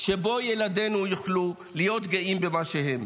שבו ילדינו יוכלו להיות גאים במה שהם,